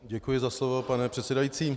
Děkuji za slovo, pane předsedající.